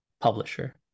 publisher